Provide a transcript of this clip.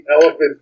elephant